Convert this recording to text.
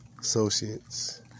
Associates